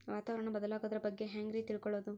ವಾತಾವರಣ ಬದಲಾಗೊದ್ರ ಬಗ್ಗೆ ಹ್ಯಾಂಗ್ ರೇ ತಿಳ್ಕೊಳೋದು?